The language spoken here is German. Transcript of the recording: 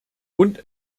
und